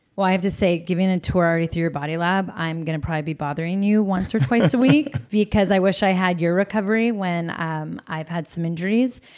well, i have to say, getting a tour through your body lab, i'm going to probably be bothering you once or twice a week because i wish i had your recovery when um i've had some injuries,